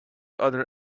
other